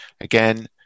again